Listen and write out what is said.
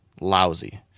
Lousy